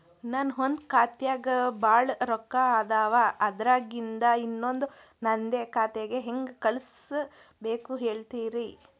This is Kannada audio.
ನನ್ ಒಂದ್ ಖಾತ್ಯಾಗ್ ಭಾಳ್ ರೊಕ್ಕ ಅದಾವ, ಅದ್ರಾಗಿಂದ ಇನ್ನೊಂದ್ ನಂದೇ ಖಾತೆಗೆ ಹೆಂಗ್ ಕಳ್ಸ್ ಬೇಕು ಹೇಳ್ತೇರಿ?